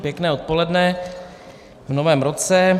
Pěkné odpoledne v novém roce.